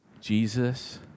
Jesus